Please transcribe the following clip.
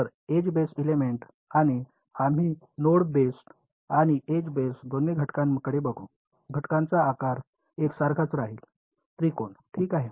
तर edge based elements आणि आम्ही नोड बेस्ड आणि एज बेस्ड दोन्ही घटकांकडे बघू घटकांचा आकार एकसारखाच राहील त्रिकोण ठीक आहे